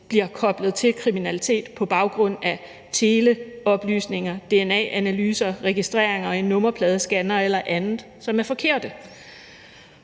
bliver koblet til kriminalitet på baggrund af teleoplysninger, dna-analyser, registreringer i nummerpladescannerne eller andet, som er forkerte.